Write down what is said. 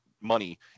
money